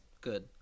good